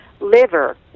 liver